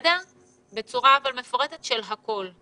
אני מבקשת לקבל בצורה מפורטת של הכול.